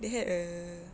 they had a